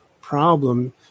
problem